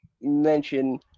mention